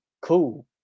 cool